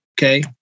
Okay